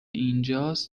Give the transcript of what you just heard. اینجاس